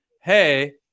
hey